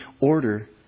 order